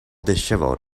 dishevelled